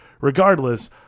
regardless